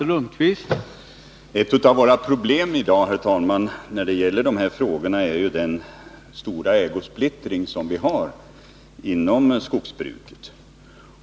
Herr talman! Ett av våra problem i dag när det gäller de här frågorna är den stora ägosplittringen inom skogsbruket.